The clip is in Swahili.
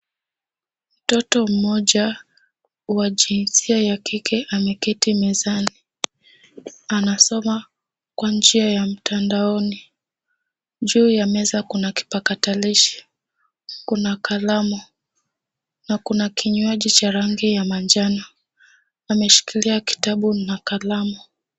Mtoto mmoja wa jinsia ya kike ameketi mezani. Anasoma kwa njia ya mtandaoni. Juu ya meza kuna kipakatalishi. Kuna kalamu, na kuna kinywaji cha rangi ya manjano. Ameshikilia kitabu na kalamu.